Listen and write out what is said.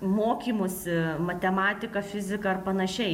mokymusi matematika fizika ar panašiai